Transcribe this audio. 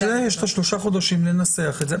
יש שלושה חודשים לנסח את זה.